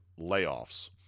layoffs